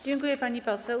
Dziękuję, pani poseł.